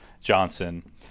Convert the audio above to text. Johnson